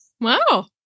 Wow